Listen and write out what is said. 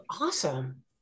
awesome